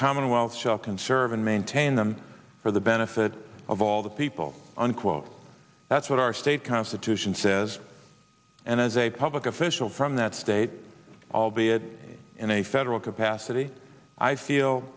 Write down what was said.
commonwealth shall conserve and maintain them for the benefit of all the people unquote that's what our state constitution says and as a public official from that state albeit in a federal capacity i feel